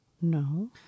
No